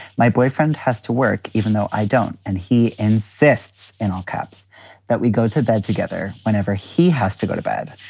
my boyfriend has to work even though i don't. and he insists in all caps that we go to bed together whenever he has to go to bed.